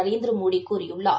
நரேந்திரமோடிகூறியுள்ளார்